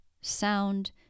sound